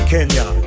Kenya